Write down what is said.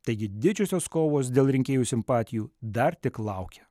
taigi didžiosios kovos dėl rinkėjų simpatijų dar tik laukia